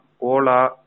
Ola